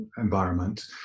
environment